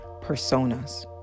personas